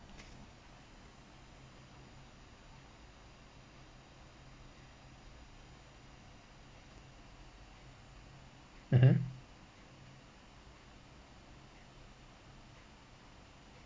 mmhmm